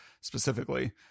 specifically